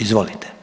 Izvolite.